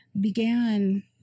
began